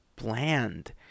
bland